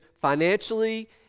financially